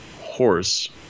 horse